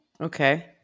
Okay